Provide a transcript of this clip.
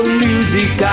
music